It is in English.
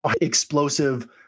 explosive